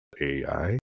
AI